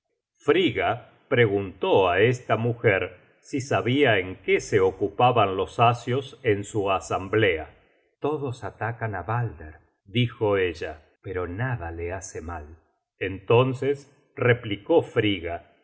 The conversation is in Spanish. frigga preguntó á esta mujer si sabia en qué se ocupaban los asios en su asamblea todos atacan á balder dijo ella pero nada le hace mal entonces replicó frigga